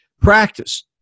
practice